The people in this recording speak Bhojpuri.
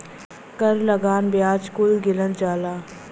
कर लगान बियाज कुल गिनल जाला